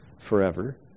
forever